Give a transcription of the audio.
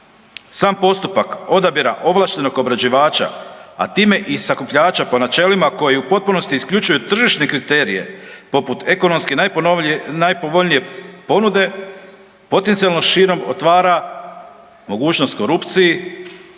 Sam postupak odabira ovlaštenog obrađivača, a time i sakupljača po načelima koji u potpunosti isključuje tržišne kriterije, poput ekonomski najpovoljnije ponude, potencijalno širom otvara mogućnost korupciji,